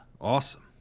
awesome